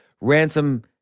ransom